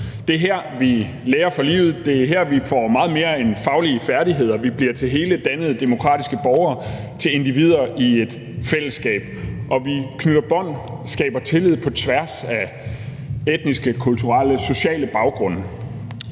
Det er her, vi lærer for livet, det er her, vi får meget mere end faglige færdigheder. Vi bliver her til hele dannede, demokratiske borgere, til individer i et fællesskab, og vi knytter bånd og skaber tillid på tværs af etniske, kulturelle og sociale baggrunde.